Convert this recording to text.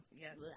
Yes